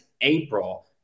April